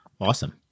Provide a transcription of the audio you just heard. awesome